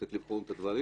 צריך לבחון את הדברים.